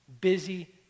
busy